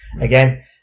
again